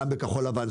גם בכחול לבן.